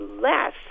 less